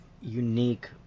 unique